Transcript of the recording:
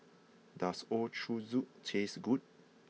does Ochazuke taste good